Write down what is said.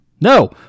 No